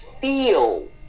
feel